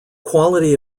quality